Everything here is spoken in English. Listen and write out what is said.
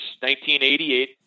1988